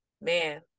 man